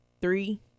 three